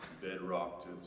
bedrock